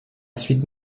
suite